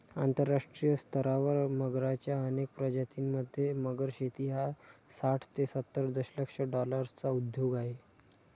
आंतरराष्ट्रीय स्तरावर मगरच्या अनेक प्रजातीं मध्ये, मगर शेती हा साठ ते सत्तर दशलक्ष डॉलर्सचा उद्योग आहे